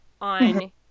on